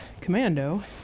Commando